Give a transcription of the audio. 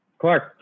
Clark